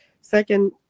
second